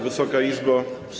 Wysoka Izbo!